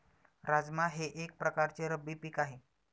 राजमा हे एक प्रकारचे रब्बी पीक आहे